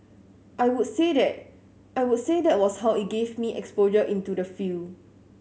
I would say that I was say that was how it gave me exposure into the field